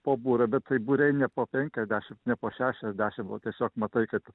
po būrio bet tai būriai ne po penkiasdešimt ne po šešiasdešim o tiesiog matai kad